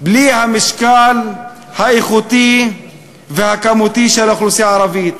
בלי המשקל האיכותי והכמותי של האוכלוסייה הערבית.